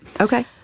Okay